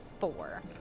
four